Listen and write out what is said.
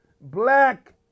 black